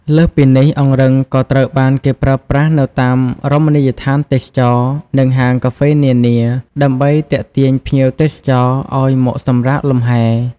លើសពីនេះ អង្រឹងក៏ត្រូវបានគេប្រើប្រាស់នៅតាមរមណីយដ្ឋានទេសចរណ៍ និងហាងកាហ្វេនានា ដើម្បីទាក់ទាញភ្ញៀវទេសចរឱ្យមកសម្រាកលំហែ។